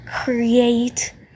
create